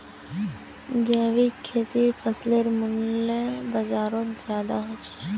जैविक खेतीर फसलेर मूल्य बजारोत ज्यादा होचे